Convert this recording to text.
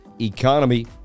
economy